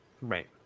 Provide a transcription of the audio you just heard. Right